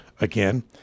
again